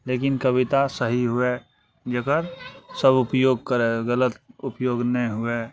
लेकिन कविता सही हुअए जकर सब उपयोग करए गलत उपयोग नहि हुअए